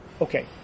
Okay